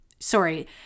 Sorry